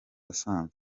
asanzwe